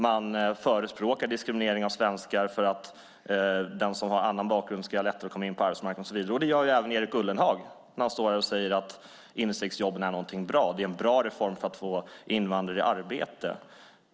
Man förespråkar diskriminering av svenskar för att den som har annan bakgrund lättare ska komma in på arbetsmarknaden. Det gör även Erik Ullenhag när han säger att instegsjobben är någonting bra, det är en bra reform för att få invandrare i arbete.